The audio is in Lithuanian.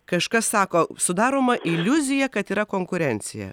kažkas sako sudaroma iliuzija kad yra konkurencija